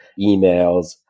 emails